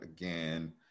again